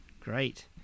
Great